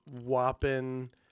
whopping